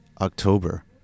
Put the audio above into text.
october